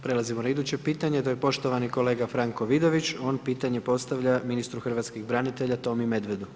Prelazimo na iduće pitanje, to je poštovani kolega Franko Vidović, on pitanje postavlja, ministru hrvatskih branitelja, Tomi Medvedu.